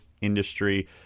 industry